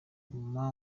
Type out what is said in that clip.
mama